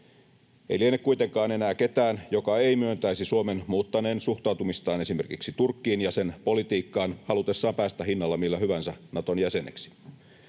Ei liene kuitenkaan enää ketään, joka ei myöntäisi Suomen muuttaneen suhtautumistaan esimerkiksi Turkkiin ja sen politiikkaan halutessaan päästä hinnalla millä hyvänsä Naton jäseneksi.